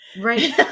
Right